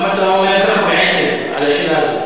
למה אתה עונה ככה בעצב על השאלה הזאת?